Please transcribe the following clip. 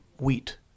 wheat